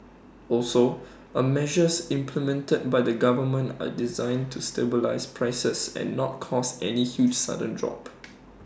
also A measures implemented by the government are designed to stabilise prices and not cause any huge sudden drop